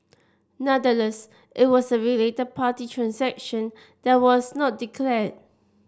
nonetheless it was a related party transaction that was not declared